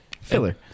filler